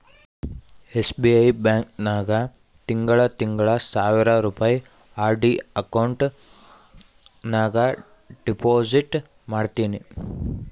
SBI bank ನಾಗ್ ತಿಂಗಳಾ ತಿಂಗಳಾ ಸಾವಿರ್ ರುಪಾಯಿ ಆರ್.ಡಿ ಅಕೌಂಟ್ ನಾಗ್ ಡೆಪೋಸಿಟ್ ಮಾಡ್ತೀನಿ